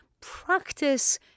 practice